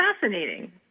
fascinating